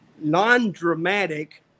non-dramatic